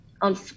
on